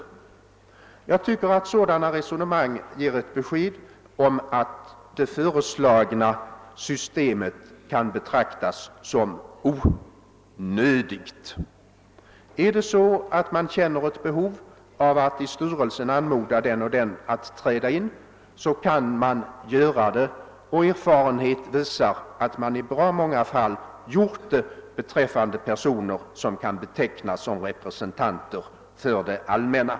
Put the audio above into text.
Jag tycker att sådana resonemang ger ett besked om att det föreslagna systemet kan betraktas som onödigt. Om man känner ett behov av att anmoda den eller den att träda in i en bankstyrelse kan man göra det, och erfarenheten visar att man i bra många fall gjort det beträffande personer som kan betecknas som representanter för det allmänna.